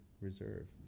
Reserve